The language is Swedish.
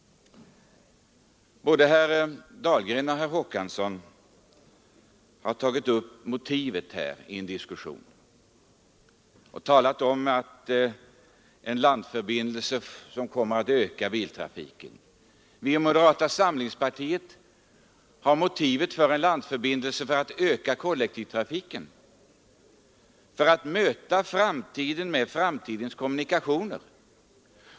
Både herr Dahlgren och herr Håkansson i Rönneberga har tagit upp motivet till diskussion. De har sagt att en landförbindelse kommer att öka biltrafiken. För oss i moderata samlingspartiet är motivet för en landförbindelse att öka kollektivtrafiken, att kunna möta framtiden med framtidens kommunikationer.